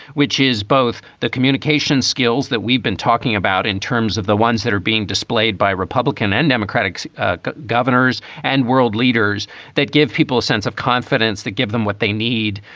which is both the communication skills that we've been talking about in terms of the ones that are being displayed by republican and democratic governors and world leaders that give people a sense of confidence, that give them what they need.